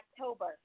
October